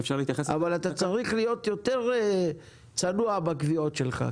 אבל אתה צריך להיות יותר צנוע בקביעות שלך.